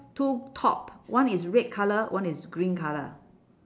two top one is red colour one is green colour